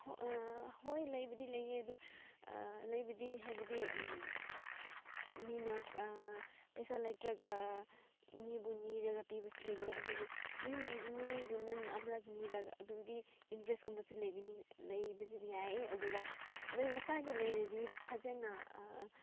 ꯍꯣꯏ ꯂꯩꯕꯗꯤ ꯂꯩꯌꯦ ꯑꯗꯨ ꯂꯩꯕꯗꯤ ꯍꯥꯏꯕꯗꯤ ꯃꯤꯅ ꯄꯩꯁꯥ ꯂꯩꯇ꯭ꯔꯒ ꯃꯤꯕꯨ ꯅꯤꯔꯒ ꯄꯤꯕꯁꯨ ꯂꯩꯌꯦ ꯑꯗꯨꯕꯨ ꯃꯤꯕꯨ ꯅꯪꯅ ꯑꯃꯔꯛ ꯅꯤꯔꯒ ꯑꯗꯨꯗꯤ ꯏꯟꯇꯔꯦꯁꯒꯨꯝꯕꯁꯨ ꯂꯩꯕꯅꯤ ꯂꯩꯕꯗꯤ ꯌꯥꯏ ꯑꯗꯨꯒ ꯅꯪ ꯅꯁꯥꯒꯤ ꯂꯩꯔꯗꯤ ꯐꯖꯅ